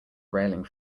railing